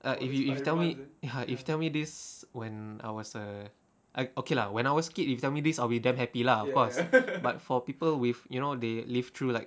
ah if if you tell me ya if you tell me this when I was err I okay lah when I was kid you tell me this I'll be damn happy lah of course but for people with you know they lived through like